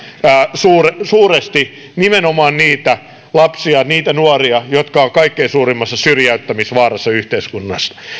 suuresti suuresti nimenomaan niitä lapsia niitä nuoria jotka ovat kaikkein suurimmassa syrjäytymisvaarassa yhteiskunnassa